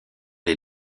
les